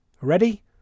Ready